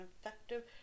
effective